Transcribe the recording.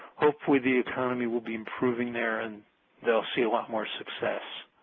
hopefully the economy will be improving there, and they will see a lot more success.